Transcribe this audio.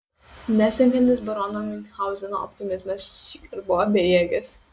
nesenkantis barono miunchauzeno optimizmas šįkart buvo bejėgis